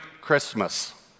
Christmas